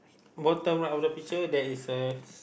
bottom right of the picture there is a